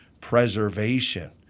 preservation